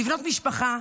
לבנות משפחה,